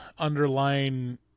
Underlying